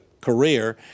career